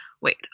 Wait